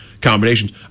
combinations